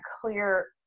clear